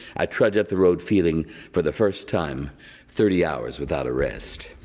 i trudge up the road feeling for the first time thirty hours without a rest.